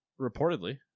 Reportedly